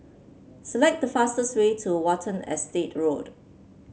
select the fastest way to Watten Estate Road